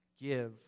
give